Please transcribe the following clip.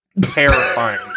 Terrifying